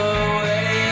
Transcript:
away